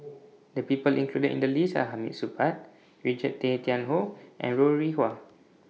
The People included in The list Are Hamid Supaat Richard Tay Tian Hoe and Ho Rih Hwa